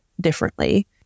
differently